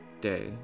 day